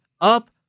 up